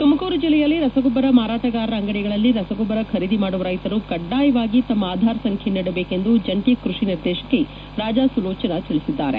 ತುಮಕೂರು ಜೆಲ್ಲೆಯಲ್ಲಿ ರಸಗೊಬ್ಬರ ಮಾರಾಟಗಾರರ ಅಂಗಡಿಗಳಲ್ಲಿ ರಸಗೊಬ್ಬರ ಖರೀದಿ ಮಾಡುವ ರೈತರು ಕಡ್ಡಾಯವಾಗಿ ತಮ್ಮ ಆಧಾರ್ ಸಂಖ್ಯೆಯನ್ನು ನೀಡಬೇಕೆಂದು ಜಂಟಿ ಕೃಷಿ ನಿರ್ದೇಶಕಿ ರಾಜಾ ಸುಲೋಚನ ತಿಳಿಸಿದ್ದಾರೆ